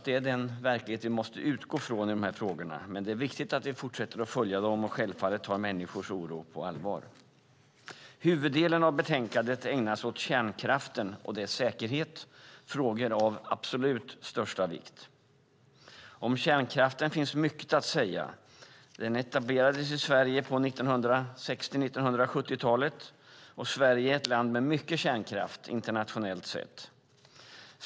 Det är den verklighet vi måste utgå från i dessa frågor. Men det är viktigt att vi fortsätter att följa dem och självfallet ta människors oro på allvar. Huvuddelen av betänkandet ägnas åt kärnkraften och dess säkerhet. Det är frågor av absolut största vikt. Om kärnkraften finns mycket att säga. Den etablerades i Sverige på 1960 och 1970-talet. Sverige är ett land med mycket kärnkraft, internationellt sett.